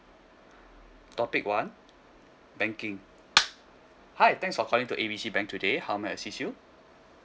topic one banking hi thanks for calling to A B C bank today how may I assist you